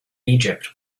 egypt